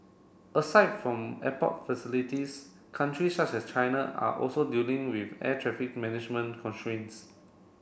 aside from airport facilities country such as China are also dealing with air traffic management constraints